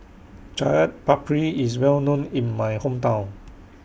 Chaat Papri IS Well known in My Hometown